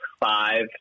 Five